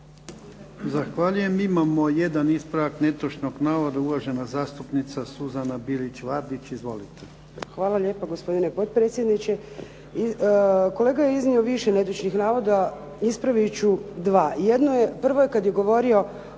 Zahvaljujem. Imamo jedan ispravak netočnog navoda. Uvažena zastupnica Suzana Bilić-Vardić. Izvolite. **Bilić Vardić, Suzana (HDZ)** Hvala lijepa gospodine potpredsjedniče. Kolega je iznio više netočnih navoda. Ispravit ću dva. Prvo je kad je govorio